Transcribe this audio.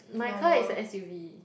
my car is a s_u_v